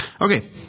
Okay